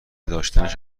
داشتنش